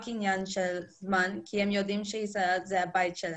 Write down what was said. עניין של זמן כי הם יודעים שישראל היא הבית שלהם.